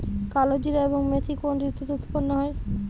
কালোজিরা এবং মেথি কোন ঋতুতে উৎপন্ন হয়?